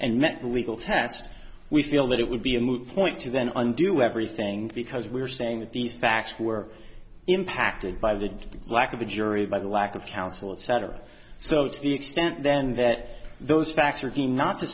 test we feel that it would be a moot point to then undo everything because we are saying that these facts were impacted by the lack of the jury by the lack of counsel etc so to the extent then that those facts are not to